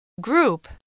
Group